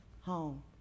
home